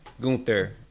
Gunther